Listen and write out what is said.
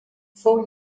fou